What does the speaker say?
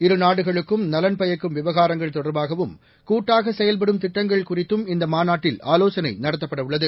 இரு நாடுகளுக்கும் நலன் பயக்கும் விவகாரங்கள் தொடர்பாகவும் கூட்டாக செயல்படும் திட்டங்கள் குறித்தும் இந்த மாநாட்டில் ஆலோசனை நடத்தப்பட உள்ளது